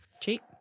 Cheap